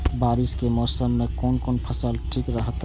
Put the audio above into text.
बारिश के मौसम में कोन कोन फसल ठीक रहते?